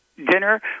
dinner